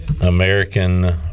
American